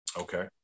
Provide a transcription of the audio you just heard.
Okay